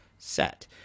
set